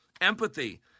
Empathy